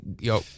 Yo